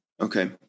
okay